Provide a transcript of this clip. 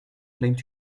claimed